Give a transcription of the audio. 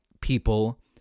people